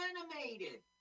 animated